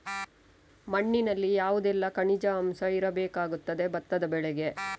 ಮಣ್ಣಿನಲ್ಲಿ ಯಾವುದೆಲ್ಲ ಖನಿಜ ಅಂಶ ಇರಬೇಕಾಗುತ್ತದೆ ಭತ್ತದ ಬೆಳೆಗೆ?